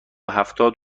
هفتاد